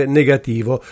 negativo